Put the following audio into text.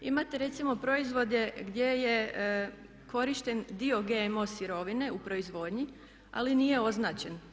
Imate recimo proizvode gdje je korišten dio GMO sirovine u proizvodnji ali nije označen.